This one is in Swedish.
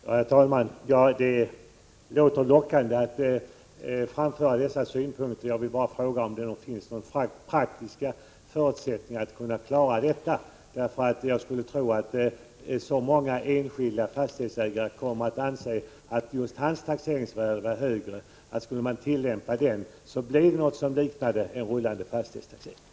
Herr talman! Det verkar lockade att framföra dessa synpunkter, men jag vill bara fråga om det finns några praktiska förutsättningar att klara problemet. Jag tror att många enskilda fastighetsägare skulle anse att just deras taxeringsvärde är för högt. Skulle man tillämpa det här systemet, skulle det komma att likna en rullande fastighetstaxering.